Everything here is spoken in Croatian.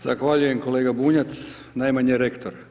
Zahvaljujem kolega Bunjac, najmanje rektor.